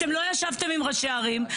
אתם לא ישבתם עם ראשי ערים,